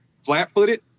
flat-footed